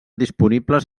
disponibles